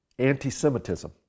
anti-Semitism